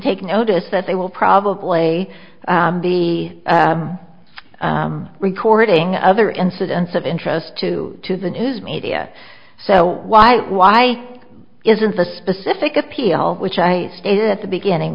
take notice that they will probably be recording other incidents of interest to to the news media so why why isn't the specific appeal which i stated at the beginning